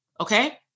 Okay